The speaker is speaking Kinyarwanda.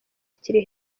kiri